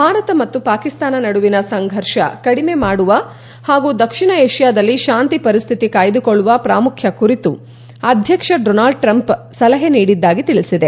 ಭಾರತ ಮತ್ತು ಪಾಕಿಸ್ತಾನ ನಡುವಿನ ಸಂಘರ್ಷ ಕಡಿಮೆ ಮಾಡುವ ಹಾಗೂ ದಕ್ಷಿಣ ಏಷ್ಟಾದಲ್ಲಿ ಶಾಂತಿ ಪರಿಸ್ಥಿತಿ ಕಾಯ್ದುಕೊಳ್ಳುವ ಪ್ರಾಮುಖ್ಯ ಕುರಿತು ಅಧ್ಯಕ್ಷ ಡೊನಾಲ್ಡ್ ಟ್ರಂಪ್ ಸಲಹೆ ನೀಡಿದ್ದಾಗಿ ತಿಳಿಸಿದೆ